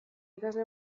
ikasle